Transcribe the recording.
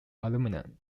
aluminum